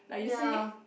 ya